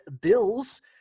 Bills